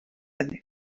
années